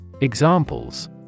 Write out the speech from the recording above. Examples